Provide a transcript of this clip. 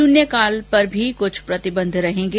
शुन्यकाल भी कृछ प्रतिबंध रहेंगे